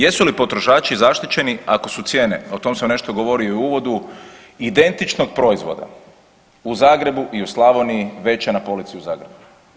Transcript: Jesu li potrošači zaštićeni ako su cijene, o tom sam nešto govorio i u uvodu identičnog proizvoda u Zagrebu i u Slavoniji veća na polici u Zagrebu.